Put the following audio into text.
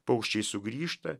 paukščiai sugrįžta